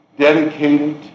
dedicated